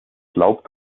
laub